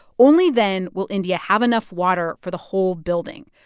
only then will india have enough water for the whole building.